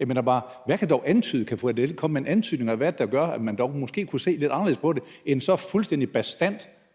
Jeg mener bare: Kan fru Annette Lind komme med en antydning af, hvad det er, der gør, at man dog måske kunne se lidt anderledes på det end så fuldstændig bastant,